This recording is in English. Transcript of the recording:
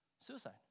suicide